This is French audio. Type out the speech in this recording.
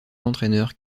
l’entraîneur